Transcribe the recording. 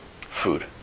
food